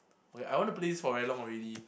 oh yeah I want to play this for very long already